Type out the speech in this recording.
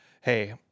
hey